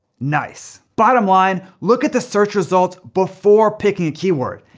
nice. bottom line, look at the search results before picking a keyword.